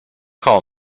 call